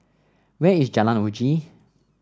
where is Jalan Uji